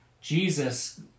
Jesus